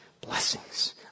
blessings